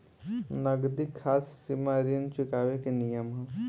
नगदी साख सीमा ऋण चुकावे के नियम का ह?